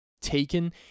taken